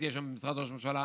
תהיה שם במשרד ראש הממשלה.